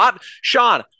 Sean